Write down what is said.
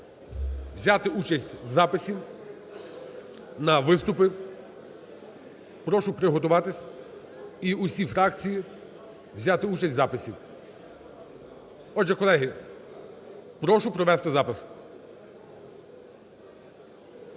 взяти участь в записі на виступи. Прошу приготуватись і усі фракції взяти участь в записі. Отже, колеги, прошу провести запис.